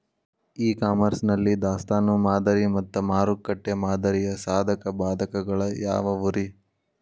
E commerce ನಲ್ಲಿ ದಾಸ್ತಾನು ಮಾದರಿ ಮತ್ತ ಮಾರುಕಟ್ಟೆ ಮಾದರಿಯ ಸಾಧಕ ಬಾಧಕಗಳ ಯಾವವುರೇ?